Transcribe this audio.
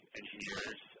engineers